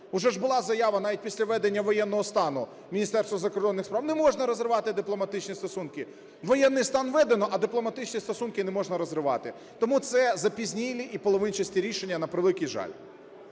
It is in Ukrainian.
Уже ж була заява навіть після введення воєнного стану. Міністерство закордонних справ: не можна розривати дипломатичні стосунки. Воєнний стан введено, а дипломатичні стосунки не можна розривати! Тому це запізнілі і половинчасті рішення, на превеликий жаль.